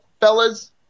fellas